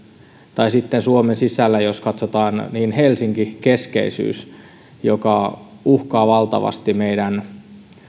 tai jos suomen sisällä katsotaan helsinki keskeisyys joka uhkaa valtavasti meidän